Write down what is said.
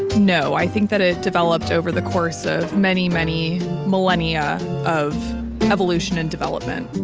no, i think that it developed over the course of many, many millennia of evolution and development.